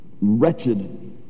wretched